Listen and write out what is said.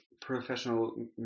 professional